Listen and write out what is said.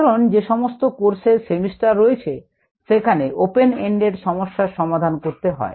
সাধারন যে সমস্ত কোর্সের সেমিস্টার রয়েছে সেখানে open ended সমস্যা সমাধান করতে হয়